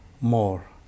more